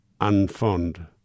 unfond